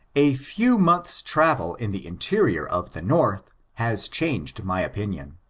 a few months' travel in the interior of the north has changed my opinion.